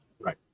Right